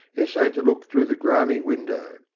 essayed to look through the grimy window.